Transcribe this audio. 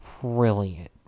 brilliant